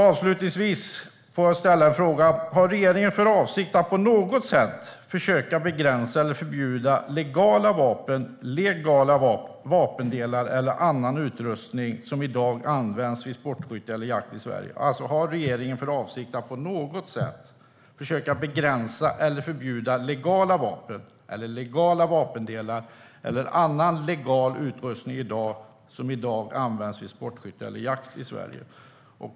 Avslutningsvis får jag fråga: Har regeringen för avsikt att på något sätt försöka begränsa eller förbjuda legala vapen, legala vapendelar eller annan legal utrustning som i dag används vid sportskytte eller jakt i Sverige?